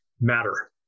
matter